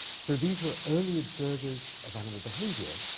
so these were early observers of animal behavior.